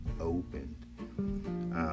opened